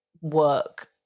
work